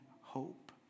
hope